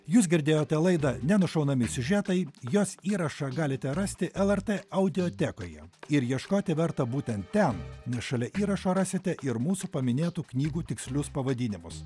jūs girdėjote laidą nenušaunami siužetai jos įrašą galite rasti lrt audiotekoje ir ieškoti verta būtent ten nes šalia įrašo rasite ir mūsų paminėtų knygų tikslius pavadinimus